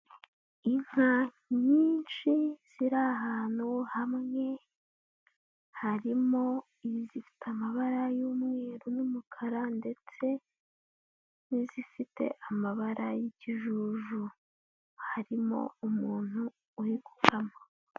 Inka nyinshi ziri ahantu hamwe, harimo izifite amabara y'umweru n'umukara ndetse n'izifite amabara y'ikijuju, harimo umuntu uri gukama.